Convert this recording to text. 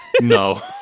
no